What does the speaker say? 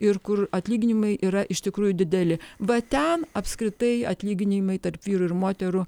ir kur atlyginimai yra iš tikrųjų dideli va ten apskritai atlyginimai tarp vyrų ir moterų